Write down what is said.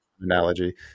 analogy